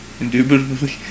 Indubitably